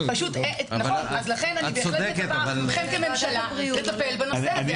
לכן אני בהחלט מצפה מכם כממשלה לטפל בנושא הזה.